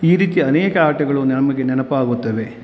ಈ ರೀತಿ ಅನೇಕ ಆಟಗಳು ನಮಗೆ ನೆನಪಾಗುತ್ತವೆ